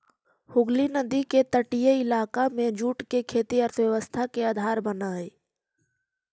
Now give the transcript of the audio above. हुगली नदी के तटीय इलाका में जूट के खेती अर्थव्यवस्था के आधार बनऽ हई